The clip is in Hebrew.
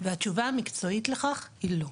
והתשובה המקצועית לכך היא לא.